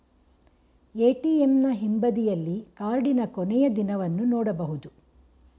ಎ.ಟಿ.ಎಂನ ಹಿಂಬದಿಯಲ್ಲಿ ಕಾರ್ಡಿನ ಕೊನೆಯ ದಿನವನ್ನು ನೊಡಬಹುದು